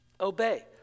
Obey